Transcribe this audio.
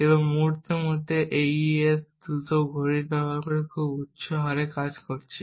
এবং মুহূর্তের মধ্যে AES দ্রুত ঘড়ি ব্যবহার করে খুব উচ্চ হারে কাজ করছে